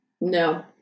No